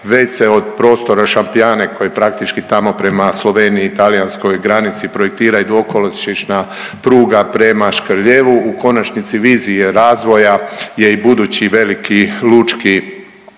Već se od prostora Šapjane koji je praktički tamo prema Sloveniji, talijanskoj granici projektira i dvokolosiječna pruga prema Škrljevu. U konačnici vizije razvoja je i budući veliki lučki